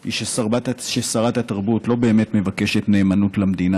היא ששרת התרבות לא באמת מבקשת נאמנות למדינה.